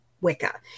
Wicca